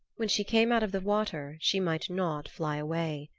when she came out of the water she might not fly away.